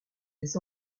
des